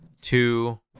two